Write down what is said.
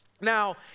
Now